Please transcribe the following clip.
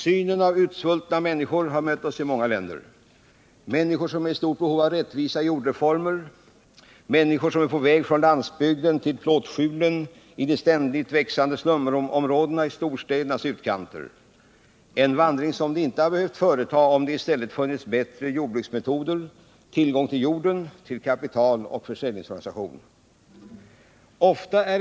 Synen av utsvultna människor har mött oss i många länder; människor som är i stort behov av rättvisa jordreformer, människor på väg från landsbygden till de ständigt växande slumområdena i storstädernas utkanter - en vandring som de inte hade behövt företa om det i stället funnits bättre jordbruksmetoder, tillgång till jorden, till kapital och försäljningsorganisation.